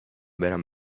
برم